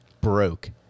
broke